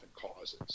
causes